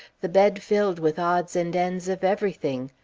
the bed filled with odds and ends of everything.